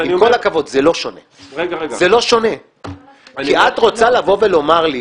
כי את רוצה לומר לי